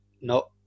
no